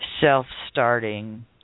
self-starting